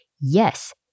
Yes